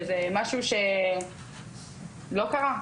שזה משהו שלא קרה.